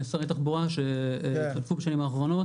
שרי תחבורה, שהתחלפו בשנים האחרונות.